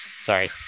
Sorry